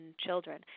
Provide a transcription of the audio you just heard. children